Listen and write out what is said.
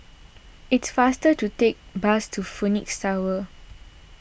it is faster to take the bus to Phoenix Tower